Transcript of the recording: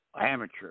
amateur